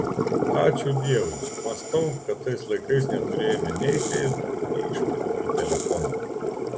ačiū dievui mąstau kad tais laikais neturėjome nei feisbukų nei išmaniųjų telefonų